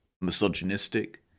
misogynistic